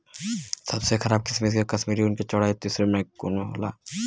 सबसे खराब किसिम के कश्मीरी ऊन क चौड़ाई तीस माइक्रोन होला